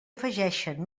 afegeixen